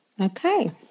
Okay